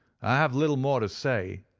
i have little more to say,